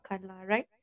right